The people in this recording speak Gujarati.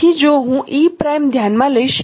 તેથી જો હું e' ધ્યાનમાં લઈશ